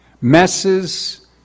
Messes